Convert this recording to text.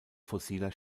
fossiler